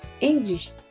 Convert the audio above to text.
English